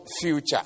future